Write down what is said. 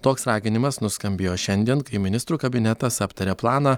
toks raginimas nuskambėjo šiandien kai ministrų kabinetas aptarė planą